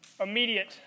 immediate